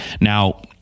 Now